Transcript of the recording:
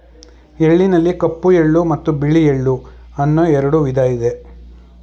ಎಳ್ಳಿನಲ್ಲಿ ಕಪ್ಪು ಎಳ್ಳು ಮತ್ತು ಬಿಳಿ ಎಳ್ಳು ಅನ್ನೂ ಎರಡು ವಿಧ ಇದೆ